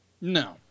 No